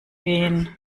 gehen